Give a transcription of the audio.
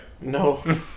No